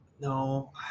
No